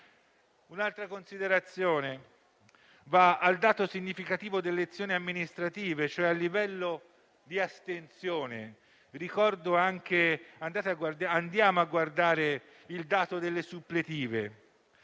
Un'ulteriore considerazione riguarda il dato significativo delle elezioni amministrative, cioè il livello di astensione. Andiamo a guardare il dato delle suppletive: